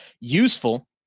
useful